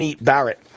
Barrett